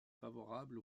favorable